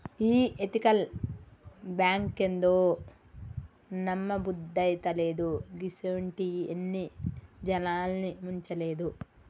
ఈ ఎతికల్ బాంకేందో, నమ్మబుద్దైతలేదు, గిసుంటియి ఎన్ని జనాల్ని ముంచలేదు